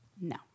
no